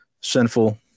sinful